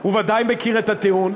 הוא ודאי מכיר את הטיעון.